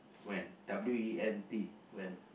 went W E N T went